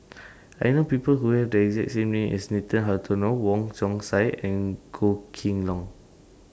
I know People Who Have The exact name as Nathan Hartono Wong Chong Sai and Goh Kheng Long